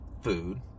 food